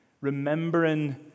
remembering